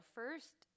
first